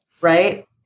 Right